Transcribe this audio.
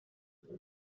what